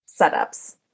setups